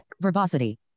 verbosity